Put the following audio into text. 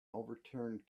overturned